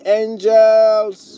angels